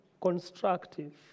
constructive